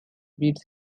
beets